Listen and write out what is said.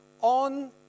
on